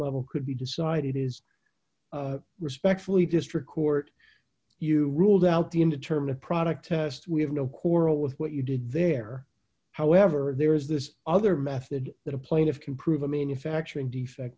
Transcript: level could be decided is respectfully district court you ruled out the indeterminant product test we have no quarrel with what you did there however there is this other method that a plaintiff can prove a manufacturing defect